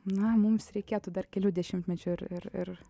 na mums reikėtų dar kelių dešimtmečių ir ir ir